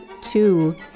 two